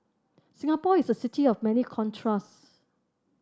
Singapore is a city of many contrast